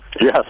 Yes